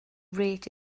rate